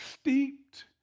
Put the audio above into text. steeped